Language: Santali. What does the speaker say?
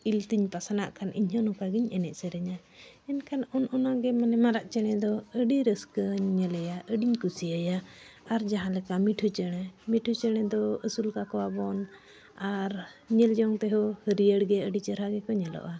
ᱤᱞᱛᱤᱧ ᱯᱟᱥᱱᱟᱜ ᱠᱷᱟᱱ ᱤᱧᱦᱚᱸ ᱱᱚᱝᱠᱟ ᱜᱤᱧ ᱮᱱᱮᱡ ᱥᱮᱨᱮᱧᱟ ᱮᱱᱠᱷᱟᱱ ᱚᱱ ᱚᱱᱟᱜᱮ ᱢᱟᱱᱮ ᱢᱟᱨᱟᱜ ᱪᱮᱬᱮ ᱫᱚ ᱟᱹᱰᱤ ᱨᱟᱹᱥᱠᱟᱹᱧ ᱧᱮᱞᱮᱭᱟ ᱟᱹᱰᱤᱧ ᱠᱩᱥᱤᱭᱟᱭᱟ ᱟᱨ ᱡᱟᱦᱟᱸ ᱞᱮᱠᱟ ᱢᱤᱴᱷᱩ ᱪᱮᱬᱮ ᱢᱤᱴᱷᱩ ᱪᱮᱬᱮ ᱫᱚ ᱟᱹᱥᱩᱞ ᱠᱟᱠᱚᱣᱟᱵᱚᱱ ᱟᱨ ᱧᱮᱞ ᱡᱚᱝ ᱛᱮᱦᱚᱸ ᱦᱟᱹᱨᱭᱟᱹᱲ ᱜᱮ ᱟᱹᱰᱤ ᱪᱮᱦᱨᱟ ᱜᱮᱠᱚ ᱧᱮᱞᱚᱜᱼᱟ